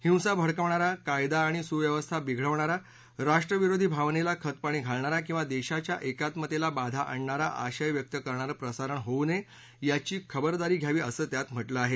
हिसा भडकावणारा कायदा आणि सुव्यवस्था बिघडवणारा राष्ट्रविरोधी भावनेला खतपणी घालणारा किंवा देशाच्या एकात्मतेला बाधा आणणारा आशय व्यक्त करणारं प्रसारण होऊ नये याची खबरदारी घ्यावी असं त्यात म्हटलं आहे